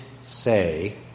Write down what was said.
say